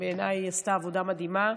בעיניי היא עשתה עבודה מדהימה.